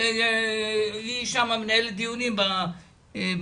היא שם מנהלת דיונים בגיור,